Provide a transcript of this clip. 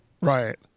right